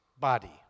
body